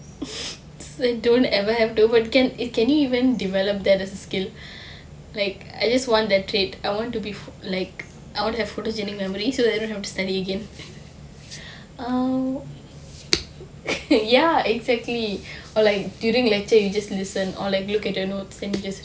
so I don't ever to but can can you even develop that as a skill like I just want the trait I want to be like I would have photographic memory so that I don't have to study again um ya exactly or like during lecture you just listen or look at the notes and you just